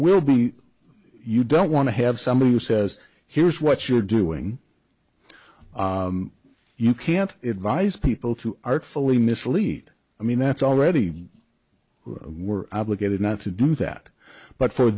will be you don't want to have somebody who says here's what your doing you can't advise people to artfully mislead i mean that's already who were obligated not to do that but for